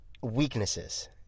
weaknesses